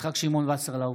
יצחק שמעון וסרלאוף,